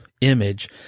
image